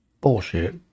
bullshit